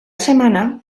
semana